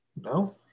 No